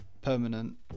permanent